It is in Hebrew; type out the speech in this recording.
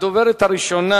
הדוברת הראשונה